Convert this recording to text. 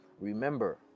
remember